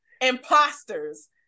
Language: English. imposters